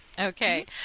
Okay